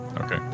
okay